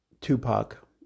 Tupac